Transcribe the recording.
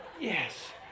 Yes